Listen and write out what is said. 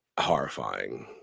horrifying